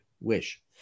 wish